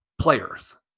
players